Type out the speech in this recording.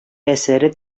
әсәре